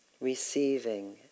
Receiving